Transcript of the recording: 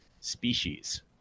species